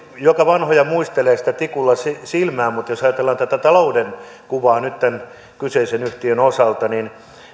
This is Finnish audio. joka vanhoja muistelee sitä tikulla silmään mutta jos ajatellaan tätä talouden kuvaa nyt tämän kyseisen yhtiön osalta niin